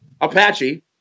Apache